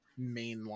mainline